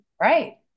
Right